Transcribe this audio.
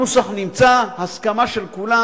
הנוסח נמצא, הסכמה של כולם.